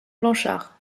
blanchard